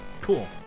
Cool